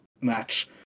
match